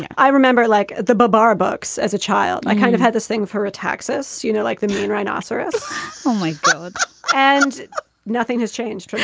yeah i remember, like the babar books as a child. i kind of had this thing for a texas. you know, like the mean rhinoceros only. but ah and nothing has changed.